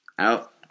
Out